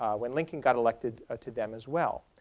when lincoln got elected, ah to them as well.